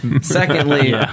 Secondly